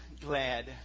glad